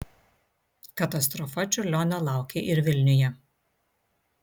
katastrofa čiurlionio laukė ir vilniuje